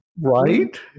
right